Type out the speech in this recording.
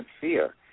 fear